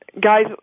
guys